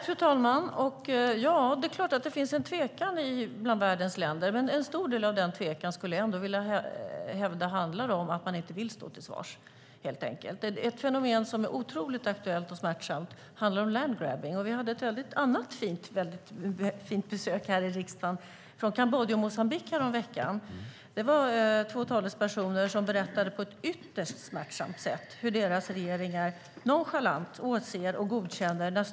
Fru talman! Det är klart att det finns en tvekan bland världens länder. Jag skulle ändå vilja hävda att en stor del av den tvekan handlar om att man helt enkelt inte vill stå till svars. Ett fenomen som är otroligt aktuellt och smärtsamt handlar om landgrabbing. Vi hade ett annat fint besök häromveckan i riksdagen från Kambodja och Moçambique. Det var två talespersoner som berättade på ett ytterst smärtsamt sätt hur deras regeringar nonchalant åser och godkänner detta.